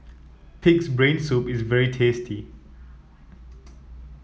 pig's brain soup is very tasty